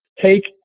take